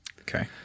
Okay